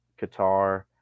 Qatar